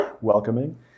welcoming